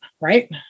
right